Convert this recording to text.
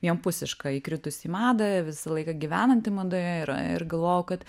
vienpusiška įkritus į madą visą laiką gyvenanti madoje ir ir galvojau kad